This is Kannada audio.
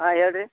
ಹಾಂ ಹೇಳ್ರಿ